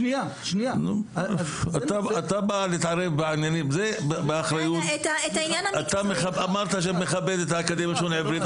אתה בא להתערב בעניינים אתה אמרת שאתה מכבד את האקדמיה ללשון עברית,